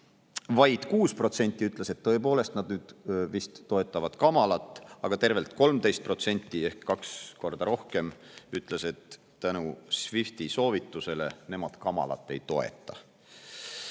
ainult 6% ütles, et nad tõepoolest nüüd vist toetavad Kamalat, aga tervelt 13% ehk kaks korda rohkem ütles, et tänu Swifti soovitusele nemad Kamalat ei